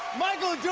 my gosh,